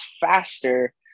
faster